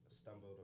stumbled